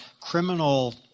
criminal